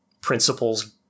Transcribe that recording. principles